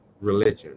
religion